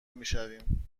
میشویم